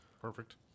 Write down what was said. perfect